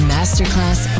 Masterclass